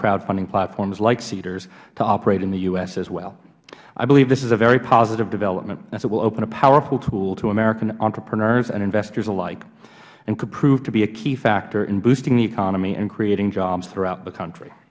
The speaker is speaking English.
crowdfunding platforms like seedrs to operate in the u s as well i believe this is a very positive development as it will open a powerful tool to american entrepreneurs and investors alike and could prove to be a key factor in boosting the economy and creating jobs throughout the country